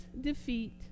defeat